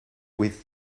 with